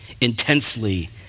intensely